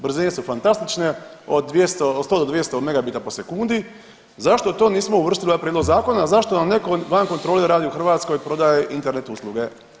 Brzine su fantastične, od 200, od 100 do 200 megabita po sekundi, zašto to nismo uvrstili u ovaj prijedlog Zakona, zašto vam netko van kontrole radi u Hrvatskoj i prodaje internet usluge?